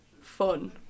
fun